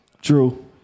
True